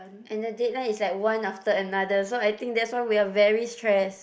and the deadline is like one after another so I think that's why we are very stressed